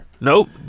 Nope